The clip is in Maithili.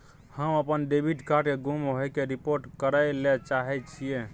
हम अपन डेबिट कार्ड के गुम होय के रिपोर्ट करय ले चाहय छियै